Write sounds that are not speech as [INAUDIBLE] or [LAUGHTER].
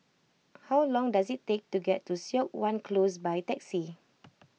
how long does it take to get to Siok Wan Close by taxi [NOISE]